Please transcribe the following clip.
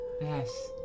Yes